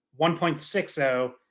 1.60